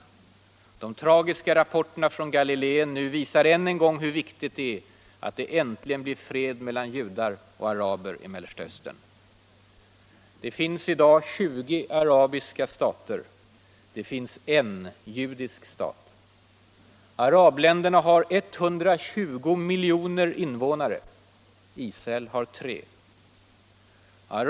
Och de tragiska rapporterna från Galiléen nu visar än en gång hur viktigt det är att det äntligen blir fred mellan judar och araber i Mellersta Östern. Det finns i dag 20 arabiska stater; det finns en judisk stat. Arabländerna har 120 miljoner invånare; Israel har 3 miljoner.